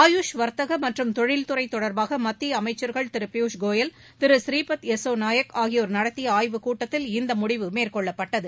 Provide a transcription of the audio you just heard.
ஆயூஷ் வர்த்தக மற்றும் தொழில்துறை தொடர்பாக மத்திய அமைச்சர்கள் திரு பியூஷ் கோயல் திரு ஸ்ரீபத் யசோ நாயக் ஆகியோா் நடத்திய ஆய்வுக் கூட்டத்தில் இந்த முடிவு மேற்கொள்ளப்பட்டது